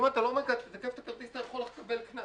אם אתה לא מתקף את הכרטיס, אתה יכול לקבל קנס.